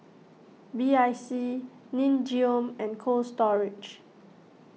B I C Nin Jiom and Cold Storage